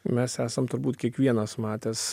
mes esam turbūt kiekvienas matęs